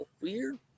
weird